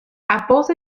عباس